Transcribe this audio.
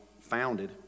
founded